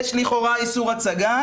יש לכאורה איסור הצגה,